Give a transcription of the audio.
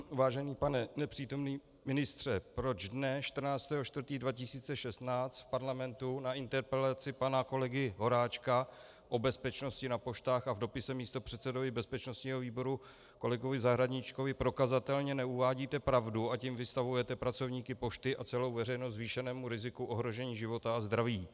Vážený pane nepřítomný ministře, proč dne 14. 4. 2016 v parlamentu na interpelaci pana kolegy Horáčka o bezpečnosti na poštách a v dopise místopředsedovi bezpečnostního výboru kolegovi Zahradníčkovi prokazatelně neuvádíte pravdu, a tím vystavujete pracovníky pošty a celou veřejnost zvýšenému riziku ohrožení života a zdraví?